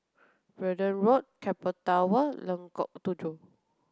Verdun Road Keppel Tower Lengkok Tujoh